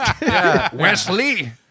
Wesley